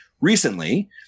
recently